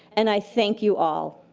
and i thank you all.